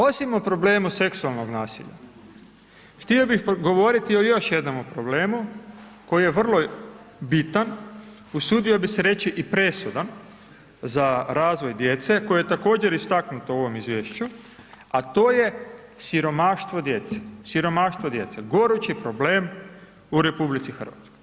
Osim o problemu seksualnog nasilja, htio bi govoriti o još jednom problemu, koji je vrlo bitan, usudio bi se reći i presudan za razvoj djece, koje je također istaknuto u ovom izvješću, a to je siromaštvo djece, siromaštvo djece, gorući problem u RH.